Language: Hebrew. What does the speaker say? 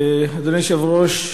אדוני היושב-ראש,